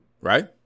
Right